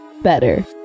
better